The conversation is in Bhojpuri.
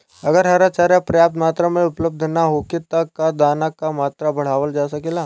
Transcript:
अगर हरा चारा पर्याप्त मात्रा में उपलब्ध ना होखे त का दाना क मात्रा बढ़ावल जा सकेला?